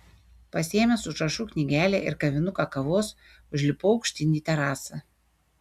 pasiėmęs užrašų knygelę ir kavinuką kavos užlipau aukštyn į terasą